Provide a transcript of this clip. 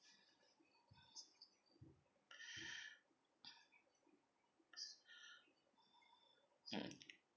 mm